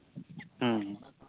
ᱦᱮᱸ